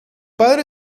padre